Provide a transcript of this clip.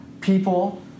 people